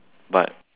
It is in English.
but